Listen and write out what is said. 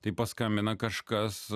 tai paskambina kažkas